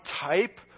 type